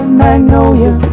magnolia